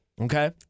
Okay